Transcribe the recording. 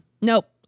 Nope